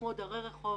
כמו דרי רחוב,